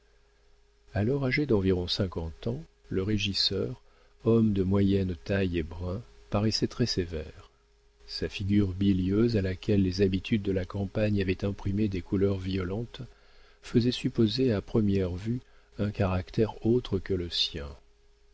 alors âgé d'environ cinquante ans le régisseur homme de moyenne taille et brun paraissait très sévère sa figure bilieuse à laquelle les habitudes de la campagne avaient imprimé des couleurs violentes faisait supposer à première vue un caractère autre que le sien